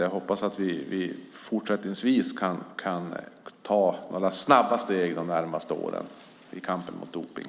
Jag hoppas att vi kan ta några snabba steg de närmaste åren i kampen mot dopning.